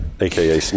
aka